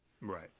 right